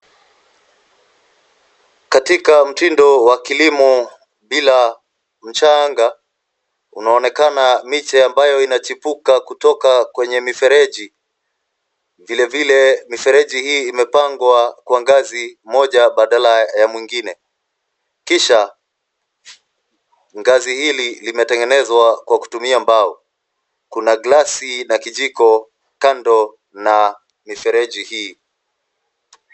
Katika mtindo wa kilimo bila mchanga, unaonekana miche ambayo inayochipuka kutoka kwenye mifereji vilevile mifereji hii imepangwa kwa ngazi moja baada ya nyingine kisha ngazi hili limetengenezwa kutumia mbao kuna glasi na kijiko kando na mifereji hii.